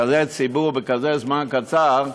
כזה ציבור בכזה זמן קצר.